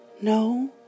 no